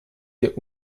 der